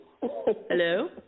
Hello